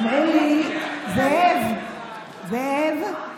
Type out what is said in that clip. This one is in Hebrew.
זאב, זאב,